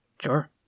Sure